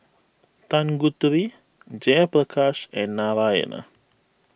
Tanguturi Jayaprakash and Narayana